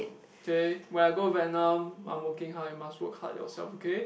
okay when I go Vietnam I'm working hard you must work hard yourself okay